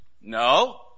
No